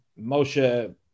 Moshe